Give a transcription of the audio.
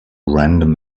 random